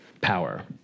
power